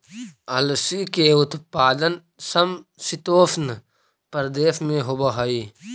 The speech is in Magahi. अलसी के उत्पादन समशीतोष्ण प्रदेश में होवऽ हई